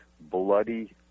bloody